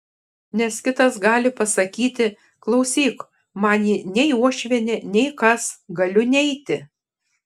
nes kitas gali pasakyti klausyk man ji nei uošvienė nei kas galiu neiti